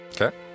Okay